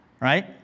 right